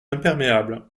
imperméable